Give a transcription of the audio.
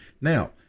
Now